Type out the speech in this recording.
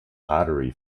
pottery